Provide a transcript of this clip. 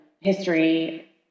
history